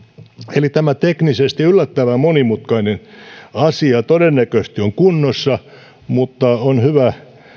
eli tämä teknisesti yllättävän monimutkainen asia todennäköisesti on kunnossa mutta on hyvä